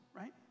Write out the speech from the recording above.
right